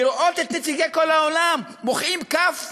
לראות את נציגי כל העולם מוחאים כף